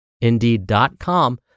indeed.com